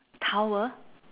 towel